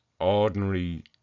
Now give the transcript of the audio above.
ordinary